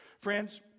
Friends